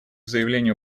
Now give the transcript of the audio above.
заявлению